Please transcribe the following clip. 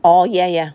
orh ya ya